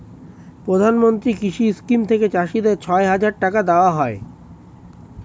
প্রধানমন্ত্রী কৃষি স্কিম থেকে চাষীদের ছয় হাজার টাকা দেওয়া হয়